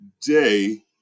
day